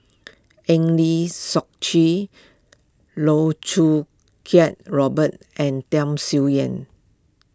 Eng Lee Seok Chee Loh Choo Kiat Robert and Tham Sien Yen